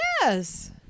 Yes